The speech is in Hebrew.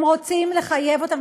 הם רוצים לחייב אותם,